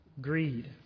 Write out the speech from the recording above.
greed